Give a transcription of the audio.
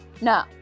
No